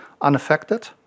unaffected